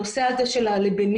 הנושא הזה של הלבניות,